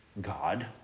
God